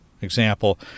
Example